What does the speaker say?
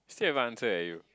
still haven't answered leh you